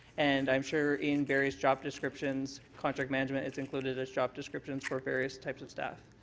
and i'm sure in various job descriptions contract management is included as job descriptions for various types of staff.